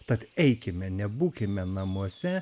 tad eikime nebūkime namuose